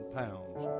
pounds